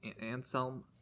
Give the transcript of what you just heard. anselm